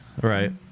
Right